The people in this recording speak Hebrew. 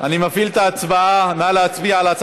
הוא אמר והוא הודה לך